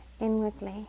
inwardly